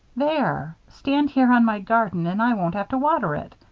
there stand here on my garden and i won't have to water it.